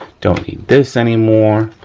don't need this anymore.